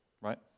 right